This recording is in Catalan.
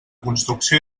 construcció